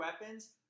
weapons